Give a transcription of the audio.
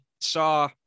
saw